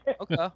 Okay